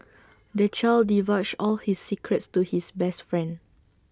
the child divulged all his secrets to his best friend